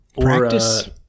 Practice